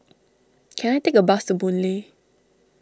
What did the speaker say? can I take a bus to Boon Lay